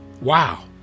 Wow